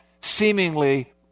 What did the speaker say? seemingly